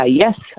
Yes